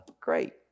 great